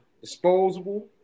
Disposable